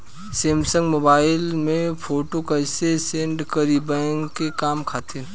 Samsung mobile में photo कैसे save करीं बैंक के काम खातिर?